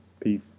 Peace